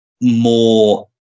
more